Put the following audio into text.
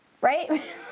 Right